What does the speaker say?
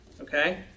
Okay